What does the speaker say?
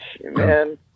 man